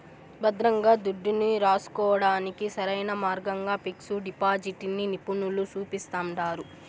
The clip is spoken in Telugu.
భద్రంగా దుడ్డుని రాసుకోడానికి సరైన మార్గంగా పిక్సు డిపాజిటిని నిపునులు సూపిస్తండారు